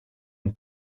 und